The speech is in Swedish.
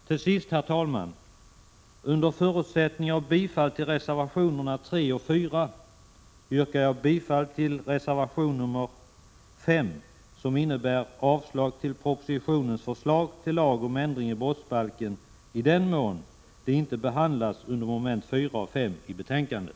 Till sist, herr talman, under förutsättning av bifall till reservationerna 3 och 4 yrkar jag bifall till reservation nr 5, som innebär avslag på propositionens förslag till lag om ändring i brottsbalken i den mån det inte behandlats under momenten 4 och 5 i betänkandet.